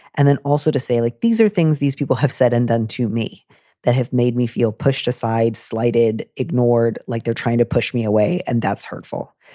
and then also to say, like, these are things these people have said and done to me that have made me feel pushed aside, slighted, ignored, like they're trying to push me away. and that's hurtful.